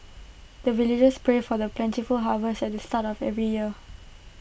the villagers pray for the plentiful harvest at the start of every year